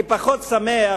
אני פחות שמח